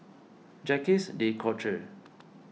Jacques De Coutre